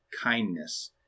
kindness